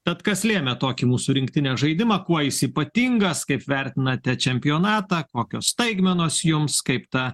tad kas lėmė tokį mūsų rinktinės žaidimą kuo jis ypatingas kaip vertinate čempionatą kokios staigmenos jums kaip tą